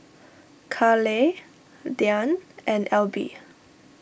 Carleigh Diann and Elby